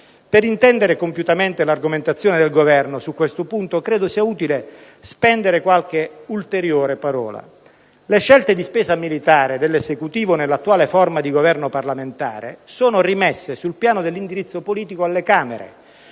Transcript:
Per intendere compiutamente l'argomentazione del Governo su questo punto, credo sia utile spendere qualche ulteriore parola. Le scelte di spesa militare dell'Esecutivo nell'attuale forma di governo parlamentare sono rimesse sul piano dell'indirizzo politico alle Camere.